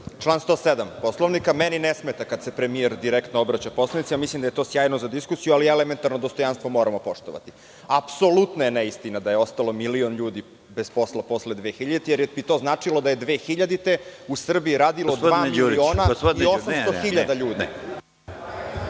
član 107. Poslovnika. Meni ne smeta kada se premijer direktno obraća poslanicima mislim da je to sjajno za diskusiju, ali elementarno dostojanstvo moramo poštovati. Apsolutna je neistina da je ostalo milion ljudi bez posla posle 2000. godine, jer bi to značilo 2000. godine u Srbiji radilo dva miliona i 800 hiljada ljudi. Samo